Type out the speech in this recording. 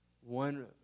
one